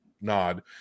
nod